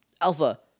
Alpha